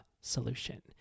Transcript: solution